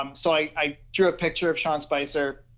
um so i i drew a picture of sean spicer,